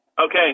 Okay